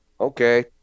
okay